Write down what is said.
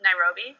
Nairobi